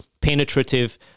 penetrative